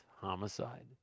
homicide